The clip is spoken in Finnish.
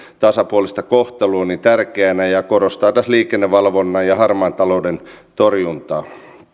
tasapuolista kohtelua tärkeänä ja korostaa tässä liikennevalvonnan roolia ja harmaan talouden torjuntaa